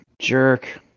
jerk